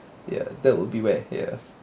ya that would be why we're here